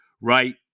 right